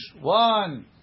one